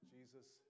Jesus